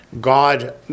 God